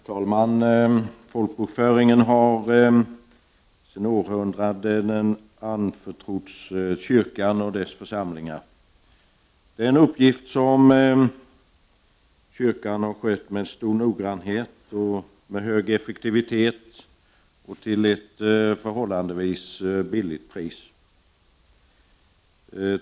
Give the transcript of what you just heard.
Herr talman! Folkbokföringen har sedan århundraden anförtrotts kyrkan och dess församlingar. Det är en uppgift som kyrkan har skött med stor noggrannhet och med hög effektivitet, till ett förhållandevis billigt pris.